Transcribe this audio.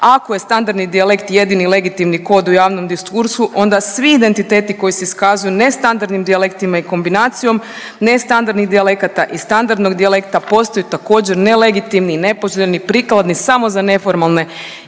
ako je standardni dijalekt jedini legitimni kod u javnom diskursu onda svi identiteti koji se iskazuju nestandardnim dijalektima i kombinacijom nestandardnih dijalekata i standardnog dijalekta postaju također nelegitimni i nepoželjni prikladni samo za neformalne